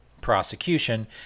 prosecution